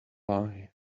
lie